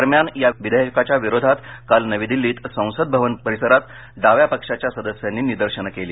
दरम्यान या विधेयकाच्या विरोधात काल नवी दिल्लीत संसद भवन परिसरात डाव्या पक्षाच्या सदस्यांनी निदर्शन केली